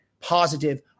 positive